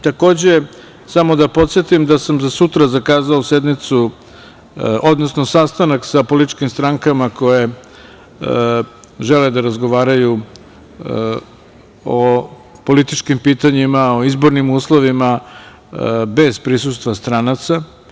Takođe, samo da podsetim da sam za sutra zakazao sastanak sa političkim strankama koje žele da razgovaraju o političkim pitanjima, o izbornim uslovima, bez prisustva stranaca.